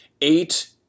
Eight